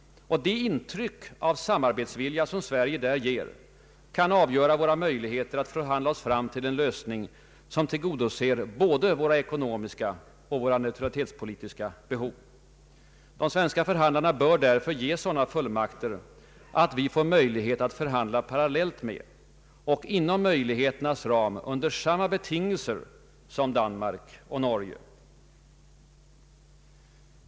De intryck av samarbetsvilja som Sverige där ger kan avgöra våra möjligheter att förhandla oss fram till en lösning som tillgodoser både våra ekonomiska och våra neutralitetspolitiska behov. De svenska förhandlarna bör därför ges sådana fullmakter att vi får möjlighet att förhandla parallellt med och — inom möjligheternas ram — under samma betingelser som Danmark och Norge.